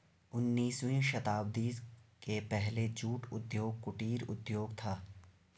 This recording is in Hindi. उन्नीसवीं शताब्दी के पहले जूट उद्योग कुटीर उद्योग था